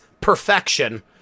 perfection